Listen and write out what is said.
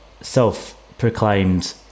self-proclaimed